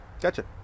Gotcha